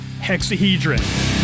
Hexahedron